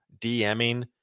DMing